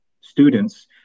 students